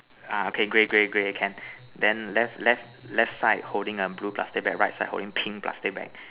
ah okay grey grey grey can then left left left side holding a blue plastic bag right side holding pink plastic bag